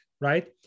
right